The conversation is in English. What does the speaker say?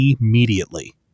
immediately